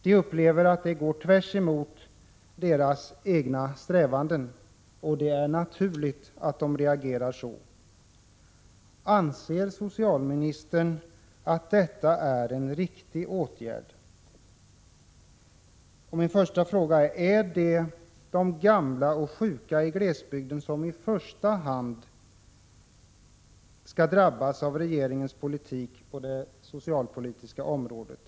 De upplever att detta går tvärtemot deras egna strävanden, och det är naturligt att de reagerar så. Anser socialministern att detta är en riktig åtgärd? Är det i första hand de gamla och sjuka i glesbygden som skall drabbas av regeringens politik på det socialpolitiska området?